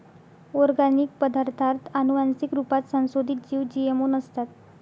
organic पदार्ताथ आनुवान्सिक रुपात संसोधीत जीव जी.एम.ओ नसतात